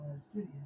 studio